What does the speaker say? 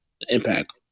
Impact